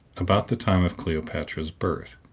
about the time of cleopatra's birth,